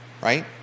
Right